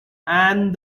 and